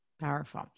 Powerful